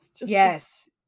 yes